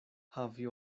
havi